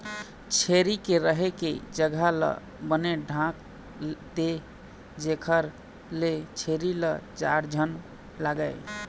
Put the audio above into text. छेरी के रहें के जघा ल बने ढांक दे जेखर ले छेरी ल जाड़ झन लागय